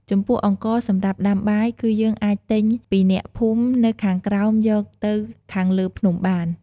ចំពោះអង្ករសម្រាប់ដាំបាយ គឺយើងអាចទិញពីអ្នកភូមិនៅខាងក្រោមយកទៅខាងលេីភ្នំបាន។